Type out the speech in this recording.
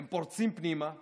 הם פורצים פנימה ומזהים,